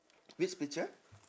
which picture